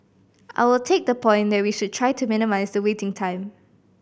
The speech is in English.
I will take the point that we should try to minimise the waiting time